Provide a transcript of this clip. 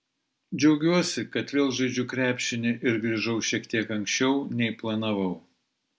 džiaugiuosi kad vėl žaidžiu krepšinį ir grįžau šiek tiek anksčiau nei planavau